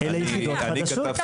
אלה יחידות חדשות.